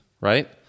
right